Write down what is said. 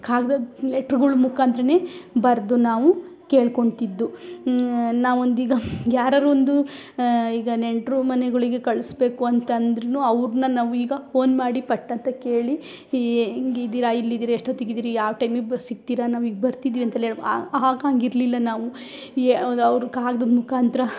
ಕಾಗ್ದದ್ ಲೆಟ್ರುಗಳ್ ಮುಖಾಂತ್ರ ಬರೆದು ನಾವು ಕೇಳ್ಕೊಳ್ತಿದ್ದು ನಾವೊಂದು ಈಗ ಯಾರಾರು ಒಂದು ಈಗ ನೆಂಟರು ಮನೆಗಳಿಗೆ ಕಳಿಸ್ಬೇಕು ಅಂತ ಅಂದ್ರು ಅವ್ರನ್ನ ನಾವೀಗ ಫೋನ್ ಮಾಡಿ ಪಟ್ ಅಂತ ಕೇಳಿ ಎ ಹೆಂಗಿದಿರ ಇಲ್ಲಿದಿರ ಎಷ್ಟೋತಿಗಿದಿರಿ ಯಾವ ಟೈಮಿಗೆ ಬಸ್ ಸಿಕ್ತಿರ ನಮಗ್ ಬರ್ತಿದಿವಿ ಅಂತೆಲ್ಲ ಹೇಳಿ ಆಗ ಆಗ ಹಂಗೆ ಇರಲಿಲ್ಲ ನಾವು ಎ ಅವ ಅವ್ರ ಕಾಗ್ದದ ಮುಖಾಂತ್ರ